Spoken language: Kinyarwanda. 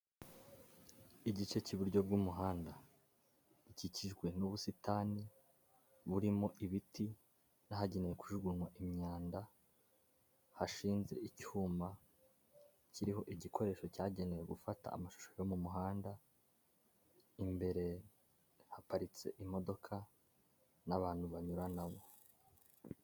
Igice cy'iburyo bw'umuhanda gikikijwe n'ubusitani burimo ibiti n'ahagenewe kujugunywa imyanda hashinze icyuma kiriho igikoresho cyagenewe gufata amashusho yo mu muhanda imbere haparitse imodoka n'abantu banyuranamo.